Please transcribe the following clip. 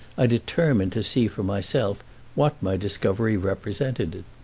i determined to see for myself what my discovery represented.